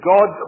God